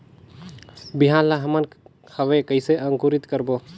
बिहान ला हमन हवे कइसे अंकुरित करबो?